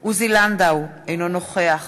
עוזי לנדאו, אינו נוכח